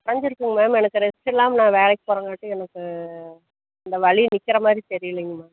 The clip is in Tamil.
குறைஞ்சிருக்குங்க மேம் எனக்கு ரெஸ்ட் இல்லாமல் நான் வேலைக்கு போகிறங்காட்டி எனக்கு அந்த வலி நிற்கிற மாதிரி தெரியிலைங்க மேம்